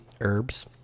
herbs